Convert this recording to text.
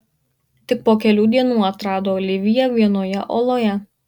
tik po kelių dienų atrado oliviją vienoje oloje